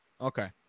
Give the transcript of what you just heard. okay